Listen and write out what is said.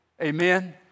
Amen